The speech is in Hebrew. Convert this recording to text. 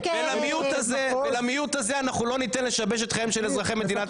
ולמיעוט הזה אנחנו לא ניתן לשבש את חייהם של אזרחי מדינת ישראל.